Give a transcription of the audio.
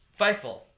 Fightful